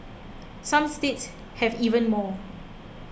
some states have even more